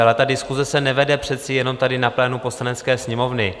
Ale ta diskuse se nevede přece jenom tady, na plénu Poslanecké sněmovny.